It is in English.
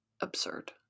absurd